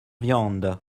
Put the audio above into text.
viande